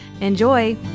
Enjoy